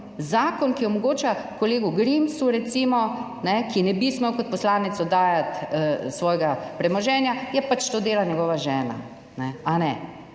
zakon, ki omogoča kolegu Grimsu, recimo, ki ne bi smel kot poslanec oddajati svojega premoženja, ja pač to dela njegova žena, ali